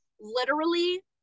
Literally-